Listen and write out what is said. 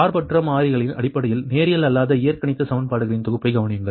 சார்பற்ற மாறிகளின் அடிப்படையில் நேரியல் அல்லாத இயற்கணித சமன்பாடுகளின் தொகுப்பைக் கவனியுங்கள்